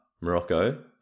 morocco